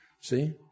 See